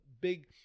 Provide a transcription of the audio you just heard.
big